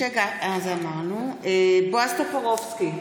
בעד בועז טופורובסקי,